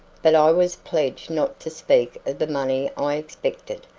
but i was pledged not to speak of the money i expected,